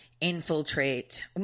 infiltrate